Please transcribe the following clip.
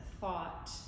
thought